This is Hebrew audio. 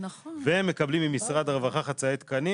והם מקבלים ממשרד הרווחה חצאי תקנים